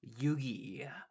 Yugi